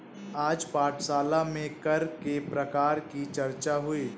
आज पाठशाला में कर के प्रकार की चर्चा हुई